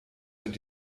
sind